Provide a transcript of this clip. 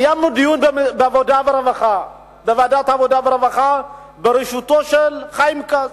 קיימנו דיון בוועדת העבודה והרווחה בראשותו של חיים כץ.